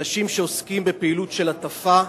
אנשים שעוסקים בפעילות של הטפה,